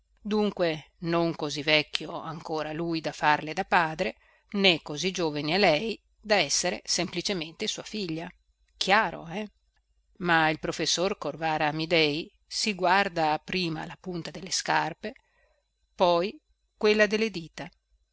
dunque non così vecchio ancora lui da farle da padre né così giovine lei da essere semplicemente sua figlia chiaro eh ma il professor corvara amidei si guarda prima la punta delle scarpe poi quella delle dita